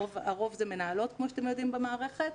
הרוב זה מנהלות במערכת,